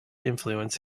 influence